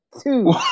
two